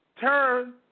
turn